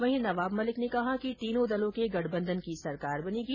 वहीं नवाब मलिक ने कहा कि तीनो दलों के गठबंधन की सरकार बनेगी